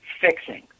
fixing